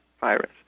virus